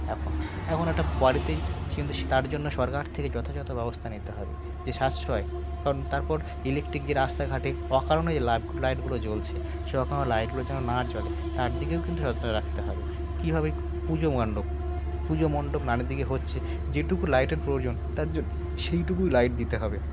এখন এখন একটা বাড়িতে কিন্তু তার জন্য সরকার থেকে যথাযথ ব্যবস্থা নিতে হবে যে সাশ্রয় কারণ তারপর ইলেকট্রিক যে রাস্তাঘাটে অকারণে যে লাইটগুলো লাইটগুলো জ্বলছে সেরকমভাবে লাইটগুলো যেন না আর জ্বলে তার দিকেও কিন্তু সচেতনতা রাখতে হবে কীভাবে পুজো মণ্ডপ পুজো মণ্ডপ নানা দিকে হচ্ছে যেটুকু লাইটের প্রয়োজন তার জন্য সেইটুকু লাইট দিতে হবে